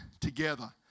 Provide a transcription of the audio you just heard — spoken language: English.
together